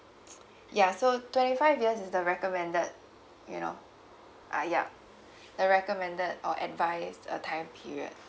ya so twenty five years is the recommended you know uh yup the recommended or adviced uh time period